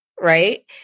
Right